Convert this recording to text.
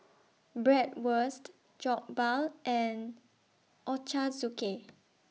Bratwurst Jokbal and Ochazuke